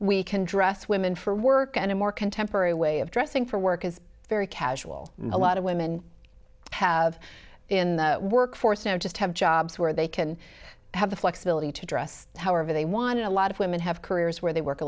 we can dress women for work and a more contemporary way of dressing for work is very casual a lot of women have in the workforce now just have jobs where they can have the flexibility to dress however they want and a lot of women have careers where they work a